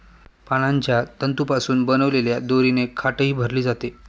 पानांच्या तंतूंपासून बनवलेल्या दोरीने खाटही भरली जाते